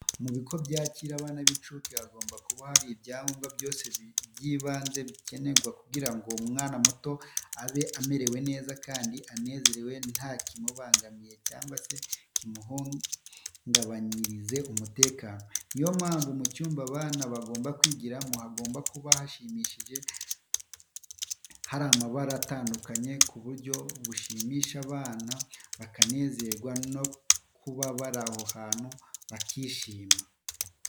Mu bigo byakira abana b'incuke, hagomba kuba hari ibyangombwa byose by'ibanze bikenerwa kugira ngo umwana muto abe amerewe neza kandi anezerewe nta kimubangamiye cyangwa se kimuhungabanyirize umutekano. Ni yo mpamvu mu cyumba abana baba bagomba kwigiramo hagomba kuba hashimishije hari amabara atandukanye, ku buryo bushimisha abana bakanezezwa no kuba bari aho hantu bakahishimira.